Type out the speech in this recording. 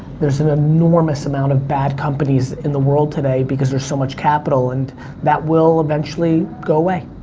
there's an enormous amount of bad companies in the world today, because there's so much capital. and that will eventually go away.